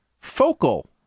Focal